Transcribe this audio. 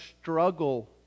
struggle